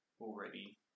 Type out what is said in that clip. already